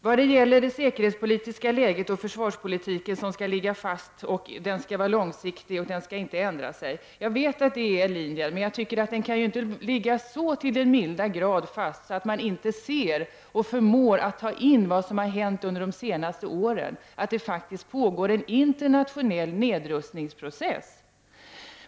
När det gäller det säkerhetspolitiska läget och försvarspolitiken vet jag att linjen är att försvarspolitiken skall ligga fast, att den skall vara långsiktig och att den inte skall ändras. Men den linjen kan ju inte ligga så till den milda grad fast att man inte ser och förmår ta hänsyn till vad som har hänt under de senaste åren — att det faktiskt pågår en internationell nedrustningsprocess.